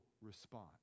response